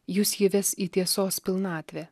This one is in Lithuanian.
jus ji ves į tiesos pilnatvę